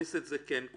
נכניס את זה כאן.